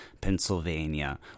Pennsylvania